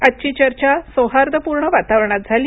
आजची चर्चा सौहार्दपूर्ण वातावरणात झाली